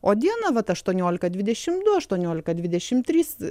o dieną vat aštuoniolika dvidešim du aštuoniolika dvidešim trys